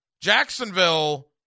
Jacksonville